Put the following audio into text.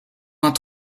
vingt